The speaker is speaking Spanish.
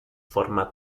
forma